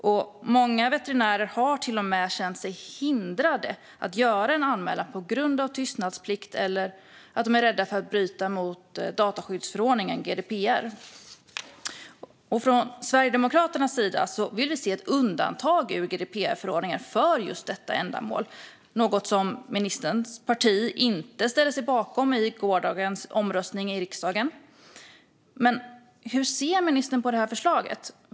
Och många veterinärer har till och med känt sig hindrade att göra en anmälan på grund av tystnadsplikt eller för att de är rädda för att bryta mot dataskyddsförordningen GDPR. Sverigedemokraterna vill se ett undantag i GDPR-förordningen för just detta ändamål, något som ministerns parti inte ställde sig bakom i gårdagens omröstning i riksdagen. Hur ser ministern på förslaget?